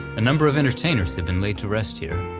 a number of entertainers have been laid to rest here,